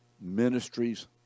ministries